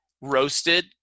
roasted